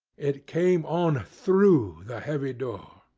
it came on through the heavy door,